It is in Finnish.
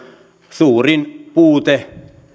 suurin puute